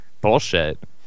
bullshit